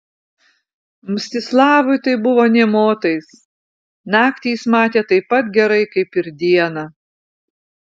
mstislavui tai buvo nė motais naktį jis matė taip pat gerai kaip ir dieną